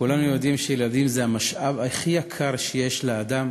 כולנו יודעים שילדים זה המשאב הכי יקר שיש לאדם.